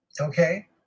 Okay